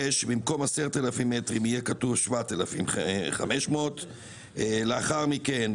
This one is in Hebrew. שבמקום 10,000 מטרים יהיה כתוב 7,500. לאחר מכן,